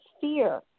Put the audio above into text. fear